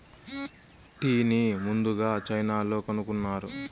టీని ముందుగ చైనాలో కనుక్కున్నారు